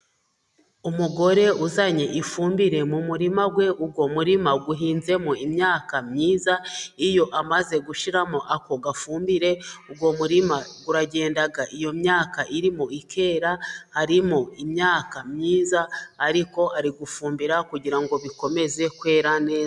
umugore uzanye ifumbire mu murima we uwo murima uhinzemo imyaka myiza iyo amaze gushiramo ako gafumbire uwo murima uragenda iyo myaka irimo ikera harimo imyaka myiza ariko ari gufumbira kugirango bikomeze kwera neza.